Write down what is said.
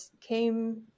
came